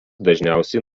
dažniausiai